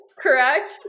correct